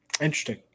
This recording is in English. Interesting